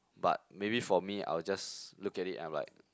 but maybe for me I will just look at it and like